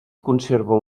conserva